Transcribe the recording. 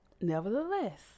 nevertheless